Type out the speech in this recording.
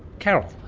carol,